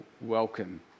welcome